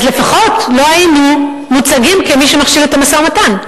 אז לפחות לא היינו מוצגים כמי שמכשיל את המשא-ומתן.